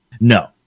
No